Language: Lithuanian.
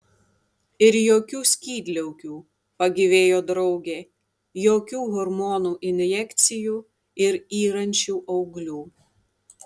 ir jokių skydliaukių pagyvėjo draugė jokių hormonų injekcijų ir yrančių auglių